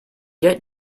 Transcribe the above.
yet